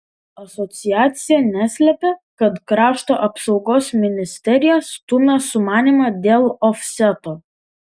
asociacija neslepia kad krašto apsaugos ministerija stumia sumanymą dėl ofseto